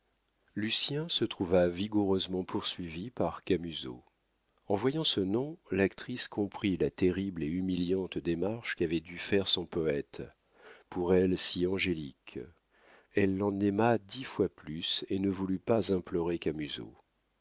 lucien se trouva vigoureusement poursuivi par camusot en voyant ce nom l'actrice comprit la terrible et humiliante démarche qu'avait dû faire son poète pour elle si angélique elle l'en aima dix fois plus et ne voulut pas implorer camusot en